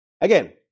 Again